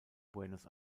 buenos